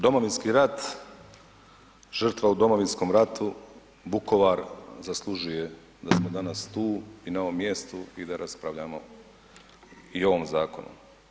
Domovinski rat, žrtva u Domovinskom ratu, Vukovar zaslužuje da smo danas tu i na ovom mjestu i da raspravljamo i o ovom zakonu.